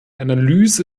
analyse